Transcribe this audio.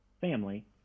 family